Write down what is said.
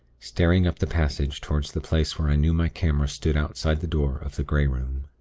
staring up the passage toward the place where i knew my camera stood outside the door of the grey room.